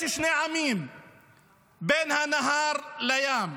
יש שני עמים בין הנהר לים.